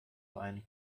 einen